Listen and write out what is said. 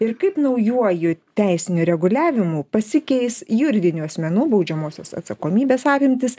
ir kaip naujuoju teisiniu reguliavimu pasikeis juridinių asmenų baudžiamosios atsakomybės apimtys